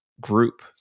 group